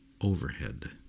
overhead